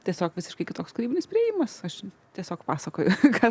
tiesiog visiškai kitoks kūrybinis priėjimas aš tiesiog pasakoju kas